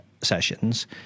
sessions